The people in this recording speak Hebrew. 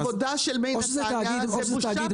אני אראה לך עבודה זה בושה וחרפה.